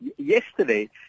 yesterday